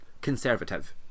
conservative